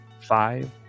Five